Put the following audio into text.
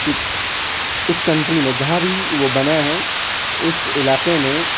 کہ اس کنٹری میں جہاں بھی وہ بنا ہے اس علاقے میں